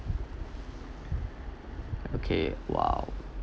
okay !wow!